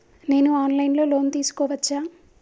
నేను online లో loan తీసుకోవచ్చా?